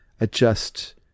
adjust